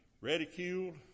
ridiculed